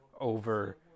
Over